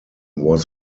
was